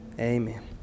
Amen